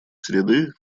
среды